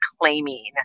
claiming